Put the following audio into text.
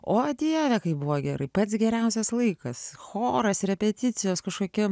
o dieve kaip buvo gerai pats geriausias laikas choras repeticijos kažkokia